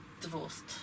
divorced